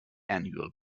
annual